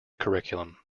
curriculum